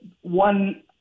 one